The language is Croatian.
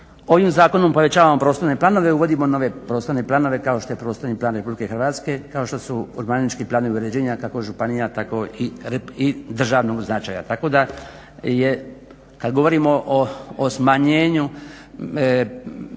ovim zakonom povećavamo prostorne planove, uvodimo nove prostorne planove kao što je prostorni plan Republike Hrvatske, kao što su urbanički uređenja kako županija tako i državnog značaja. Tako da je kada govorimo o smanjenju